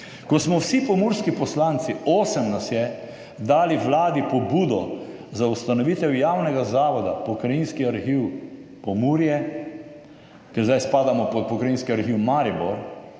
Ko smo vsi pomurski poslanci, osem nas je, dali vladi pobudo za ustanovitev javnega zavoda pokrajinski arhiv Pomurje, ker zdaj spadamo pod Pokrajinski arhiv Maribor,